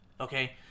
Okay